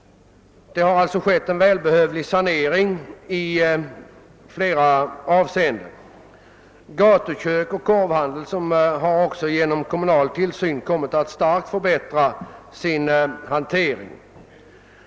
En välbehövlig sanering har således ägt rum i flera avseenden. Hanteringen med gatukök och korvkiosker har också genom kommunal tillsyn i mycket hög grad förbättrats.